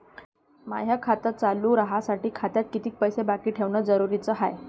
माय खातं चालू राहासाठी खात्यात कितीक पैसे बाकी ठेवणं जरुरीच हाय?